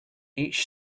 each